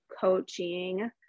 coaching